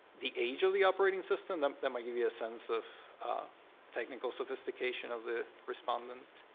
the age of the operating system, that might give you a sense of technical sophistication of the respondents.